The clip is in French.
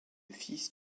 fils